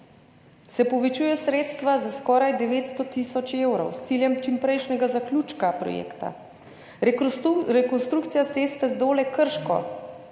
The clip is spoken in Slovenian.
se povečujejo za skoraj 900 tisoč evrov s ciljem čimprejšnjega zaključka projekta, rekonstrukcija ceste Zdole–Krško